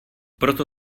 proto